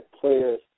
players